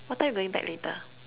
what time you going back later